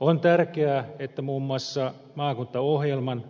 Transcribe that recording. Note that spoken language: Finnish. on tärkeää että muun muassa maakuntaohjelman